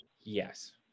Yes